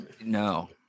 no